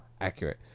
accurate